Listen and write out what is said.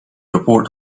report